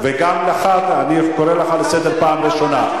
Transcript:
גם לך, אני קורא לך לסדר פעם ראשונה.